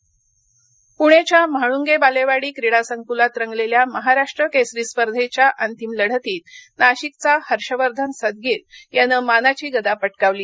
महाराष्ट केसरी प्ण्याच्या म्हाळूंगे बालेवाडी क्रीडासंकुलात रंगलेल्या महाराष्ट्र केसरी स्पर्धेच्या अंतिम लढतीत नाशिकचा हर्षवर्धन सदगीर यानं मानाची गदा पटकावली